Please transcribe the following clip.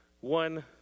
One